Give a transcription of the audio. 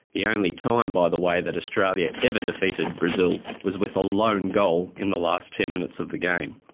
the only time by the way that australia ever defeated brazil was with a lone goal in the last ten minutes of the game.